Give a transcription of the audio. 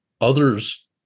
others